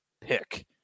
pick